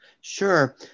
Sure